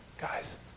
guys